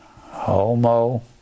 Homo